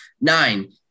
nine